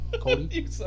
Cody